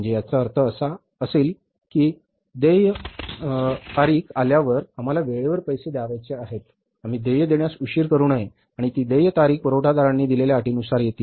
म्हणजे याचा अर्थ असा असेल की देय तारीख आल्यावर आम्हाला वेळेवर पैसे द्यायचे आहेत आम्ही देय देण्यास उशीर करू नये आणि ती देय तारीख पुरवठादारांनी दिलेल्या अटींनुसार येईल